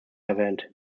erwähnt